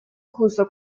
junto